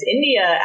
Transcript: India